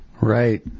Right